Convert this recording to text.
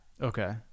Okay